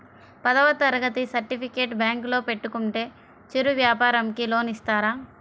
పదవ తరగతి సర్టిఫికేట్ బ్యాంకులో పెట్టుకుంటే చిరు వ్యాపారంకి లోన్ ఇస్తారా?